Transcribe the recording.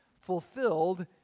fulfilled